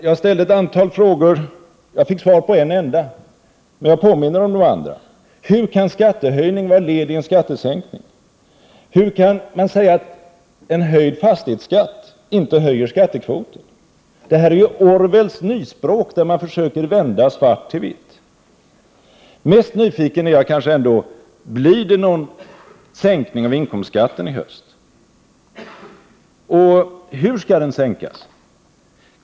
Jag ställde ett antal frågor, men jag fick svar bara på en enda, och jag påminner om de andra. Hur kan en skattehöjning vara ett led i en skattesänkning? Hur kan man säga att en höjd fastighetsskatt inte höjer skattekvoten? Det här är ju Orwellskt nyspråk, där man försöker vända svart till vitt. Mest nyfiken är jag kanske ändå på besked om det blir någon sänkning av inkomstskatten i höst och hur den skall sänkas.